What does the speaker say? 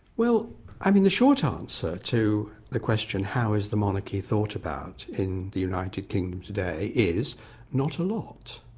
well i mean the short ah answer to the question how is the monarchy thought about in the united kingdom today is not a lot.